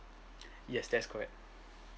yes that's correct